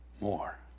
more